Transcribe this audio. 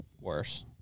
worse